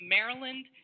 Maryland